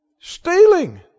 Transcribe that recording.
Stealing